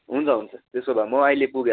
हुन्छ हुन्छ त्यसो भए म अहिले पुगेँ